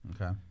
Okay